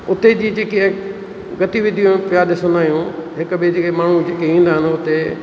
उते जी जेके गतिविधियूं पिया ॾिसंदा आहियूं हिक ॿिए खे जेके माण्हू ईंदा आहिनि